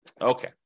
Okay